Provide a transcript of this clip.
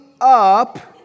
up